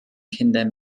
kinder